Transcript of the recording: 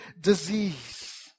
disease